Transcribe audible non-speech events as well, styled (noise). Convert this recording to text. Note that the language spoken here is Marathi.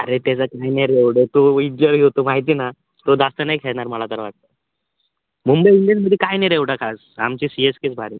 अरे त्याचा (unintelligible) तो विजयी होतो माहिती ना तो जास्त नाही खेळणार मला तर वाट मुंबई इंडियनमध्ये काही नाही रे एवढं खास आमची सी एस केच भारी